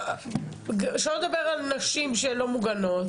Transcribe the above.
שלא נדבר על נשים שלא מוגנות,